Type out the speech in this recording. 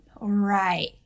Right